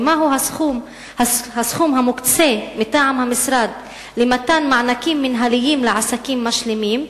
מהו הסכום המוקצה מטעם המשרד למתן מענקים מינהליים לעסקים משלימים,